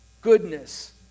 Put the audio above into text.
goodness